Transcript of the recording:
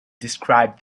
described